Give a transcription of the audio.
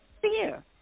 fear